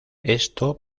esto